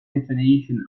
definition